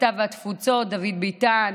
הקליטה והתפוצות דוד ביטן,